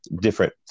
different